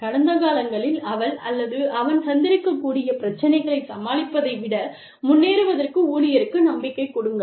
கடந்த காலங்களில் அவள் அல்லது அவன் சந்தித்திருக்கக்கூடிய பிரச்சினைகளைச் சமாளிப்பதை விட முன்னேறுவதற்கு ஊழியருக்கு நம்பிக்கை கொடுங்கள்